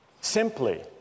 simply